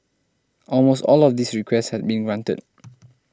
almost all of these requests had been granted